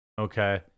okay